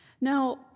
Now